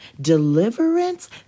Deliverance